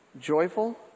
joyful